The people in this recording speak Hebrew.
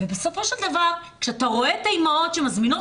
ובסופו של דבר כאתה רואה את האימהות שמזמינות